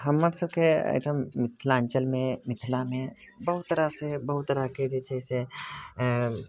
हमरसबके एहिठाम मिथिलाञ्चलमे मिथिलामे बहुत तरहसँ बहुत तरहके जे छै से आइ